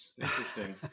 interesting